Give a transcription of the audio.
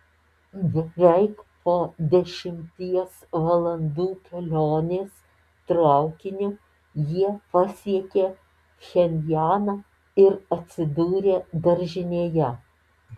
beveik po dešimties valandų kelionės traukiniu jie pasiekė pchenjaną ir atsidūrė daržinėje